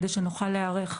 כדי שנוכל להיערך.